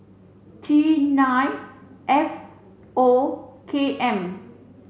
T nine F O K M